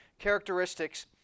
characteristics